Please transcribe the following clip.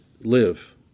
live